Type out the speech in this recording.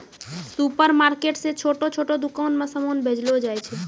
supermarket से छोटो छोटो दुकान मे समान भेजलो जाय छै